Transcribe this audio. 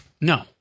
No